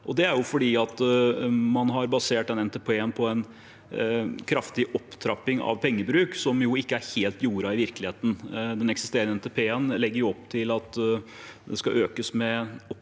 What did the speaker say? det er fordi man har basert den NTP-en på en kraftig opptrapping av pengebruken som ikke er helt jordet i virkeligheten. Den eksisterende NTP-en legger opp til at det skal økes med opp